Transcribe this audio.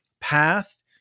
path